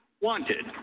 Wanted